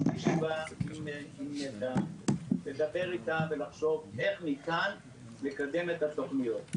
נדבר עם נת"ע ונחשוב איך ניתן לקדם את התכניות.